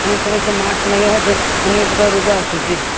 ତେଣୁ ତମେ ସେ ମାସ୍କ ନଗେଇବା ହେତୁ ଅନେକ ପ୍ରକାର ରୋଗ ଆସୁଛି